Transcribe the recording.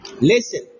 Listen